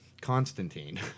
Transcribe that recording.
Constantine